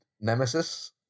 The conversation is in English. Nemesis